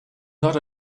not